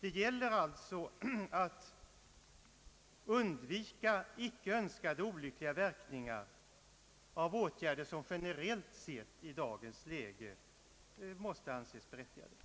Det gäller alltså att undvika icke önskade olyckliga verkningar av åt gärder, som generellt sett i dagens läge får anses berättigade.